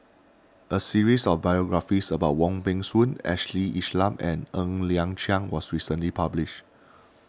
a series of biographies about Wong Peng Soon Ashley Isham and Ng Liang Chiang was recently published